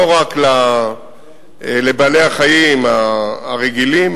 לא רק לבעלי-החיים הרגילים,